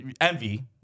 envy